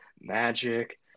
Magic